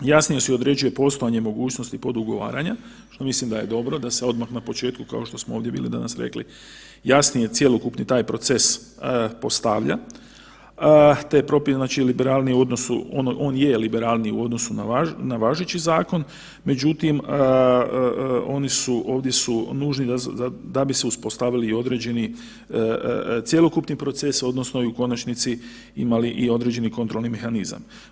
Jasnije se određuje postojanje mogućnosti podugovaranja, što mislim da je dobro da se odmah na početku, kao što smo ovdje vidjeli, danas rekli jasnije cjelokupni taj proces postavlja te je propisan liberalniji u odnosu, on je liberalniji u odnosu na važeći zakon, međutim, oni su ovdje su nužni da bi se uspostavili određeni cjelokupni proces, odnosno i u konačnici imali i određeni kontrolni mehanizam.